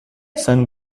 son